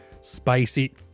spicy